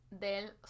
Del